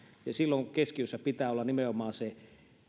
ja silloin keskiössä pitää olla nimenomaan se